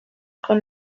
con